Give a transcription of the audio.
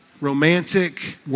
romantic